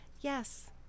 yes